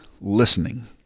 listening